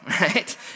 right